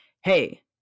Hey